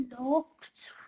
locked